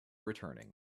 returning